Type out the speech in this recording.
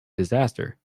disaster